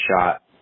shot